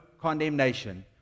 condemnation